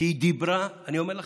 כי היא דיברה, אני אומר לכם,